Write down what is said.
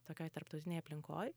tokioj tarptautinėj aplinkoj